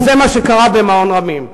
וזה מה שקרה במעון "רמים".